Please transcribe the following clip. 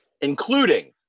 including